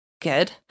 Good